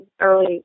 early